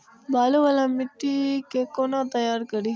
बालू वाला मिट्टी के कोना तैयार करी?